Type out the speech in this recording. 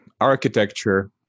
architecture